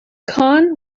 kahn